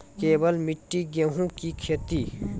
केवल मिट्टी गेहूँ की खेती?